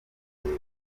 kuko